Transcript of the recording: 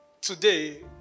Today